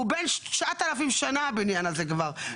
והוא בן 9,000 שנה הבניין הזה כבר,